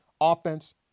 Offense